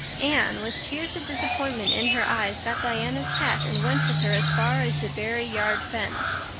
anne, with tears of disappointment in her eyes, got diana's hat and went with her as far as the barry yard fence.